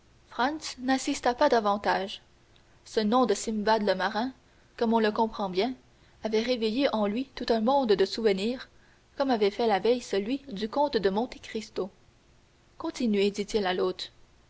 n'insista pas davantage ce nom de simbad le marin comme on le comprend bien avait réveillé en lui tout un monde de souvenirs comme avait fait la veille celui du comte de monte cristo continuez dit-il à l'hôte